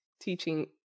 teaching